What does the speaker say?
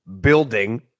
building